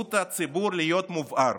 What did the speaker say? זכות הציבור להיות מובהר.